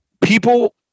People